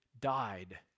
died